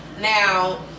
now